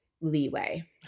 leeway